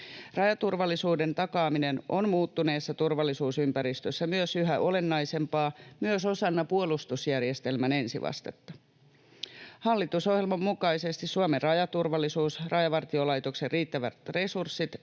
Rajaturvallisuuden takaaminen on muuttuneessa turvallisuusympäristössä yhä olennaisempaa myös osana puolustusjärjestelmän ensivastetta. Hallitusohjelman mukaisesti Suomen rajaturvallisuus, Rajavartiolaitoksen riittävät resurssit,